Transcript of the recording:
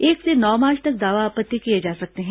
एक से नौ मार्च तक दावा आपत्ति किए जा सकते हैं